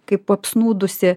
kaip apsnūdusi